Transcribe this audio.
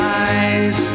eyes